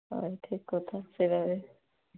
ହଉ ଠିକ୍ କଥା ସେଇଟା ବି